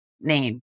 name